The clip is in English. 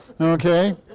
okay